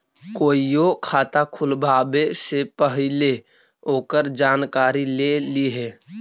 कोईओ खाता खुलवावे से पहिले ओकर जानकारी ले लिहें